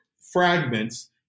fragments